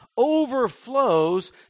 overflows